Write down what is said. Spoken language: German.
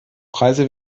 preise